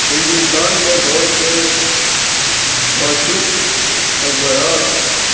ہندوستان میں بہت سے موشق اکبرات